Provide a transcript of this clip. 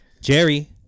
Jerry